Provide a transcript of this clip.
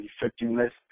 effectiveness